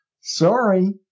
sorry